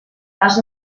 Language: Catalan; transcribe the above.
cas